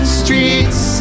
streets